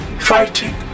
fighting